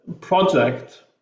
project